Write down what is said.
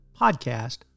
Podcast